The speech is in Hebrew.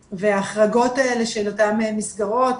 וההחרגות האלה של אותן מסגרות,